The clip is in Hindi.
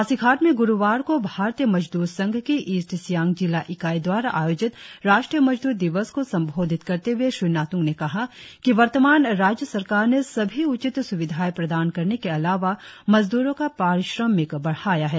पासीघाट में ग्रुवार को भारतीय मजदूर संघ की ईस्ट सियांग जिला इकाई दवारा आयोजित राष्ट्रीय मजद्र दिवस को संबोधित करते हए श्री नात्ग ने कहा कि वर्तमान राज्य सरकार ने सभी उचित स्विधाए प्रदान करने के अलावा मजदूरों का पारिश्रामिक बढ़ाया है